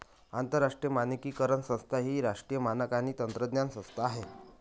आंतरराष्ट्रीय मानकीकरण संस्था ही राष्ट्रीय मानक आणि तंत्रज्ञान संस्था आहे